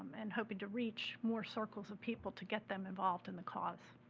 and hoping to reach more circles of people to get them involved in the cause.